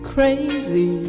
Crazy